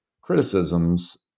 criticisms